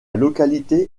localité